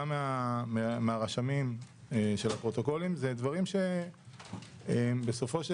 גם מהרשמים של הפרוטוקולים הם דברים שבסופו של